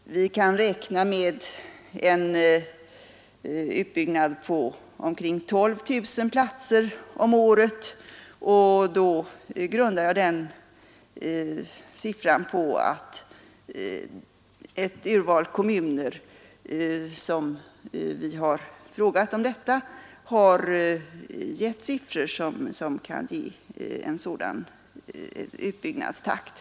Vi kan räkna med en utbyggnad på omkring 12 000 Nr 130 platser om året, och då grundar jag den beräkningen på att ett urval Måndagen den kommuner, som vi frågat om detta, har uppgivit siffror som tyder på en 4 december 1972 sådan utbyggnadstakt.